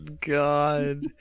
God